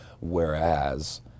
whereas